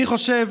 אני חושב